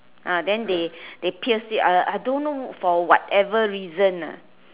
ah then they they pierce it I I don't know for whatever reason ah